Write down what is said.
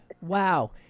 Wow